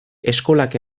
eskolak